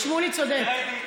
שמולי צודק.